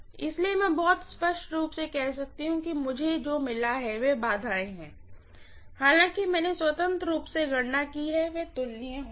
इसलिए मैं बहुत स्पष्ट रूप से कह सकती हूँ कि मुझे जो मिला है वे बाधाएं हैं हालांकि मैंने स्वतंत्र रूप से गणना की है कि वे तुलनीय होंगे